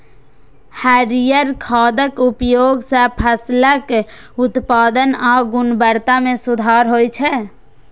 हरियर खादक उपयोग सं फसलक उत्पादन आ गुणवत्ता मे सुधार होइ छै